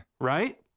Right